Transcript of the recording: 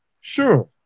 Sure